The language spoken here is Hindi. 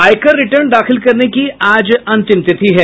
आयकर रिटर्न दाखिल करने की आज अंतिम तिथि है